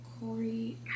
Corey